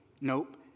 Nope